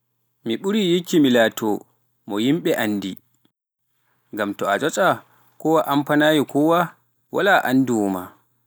Mi ɓurii yikki mi laatoo mo yimɓe anndi, ngam to a ƴoƴaa koo a ampanaayi koowaa walaa anndoowo ma.